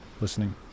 Listening